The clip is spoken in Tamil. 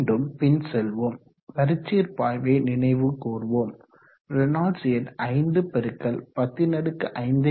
மீண்டும் பின்செல்வோம் வரிச்சீர் பாய்வை நினைவு கூர்வோம் ரேனால்ட்ஸ் எண் 5×105